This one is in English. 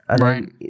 Right